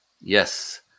Yes